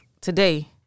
today